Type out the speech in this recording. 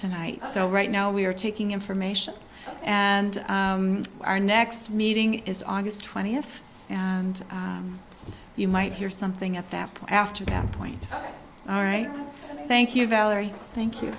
tonight so right now we are taking information and our next meeting is august twentieth and you might hear something at that point after that point all right thank you valerie thank you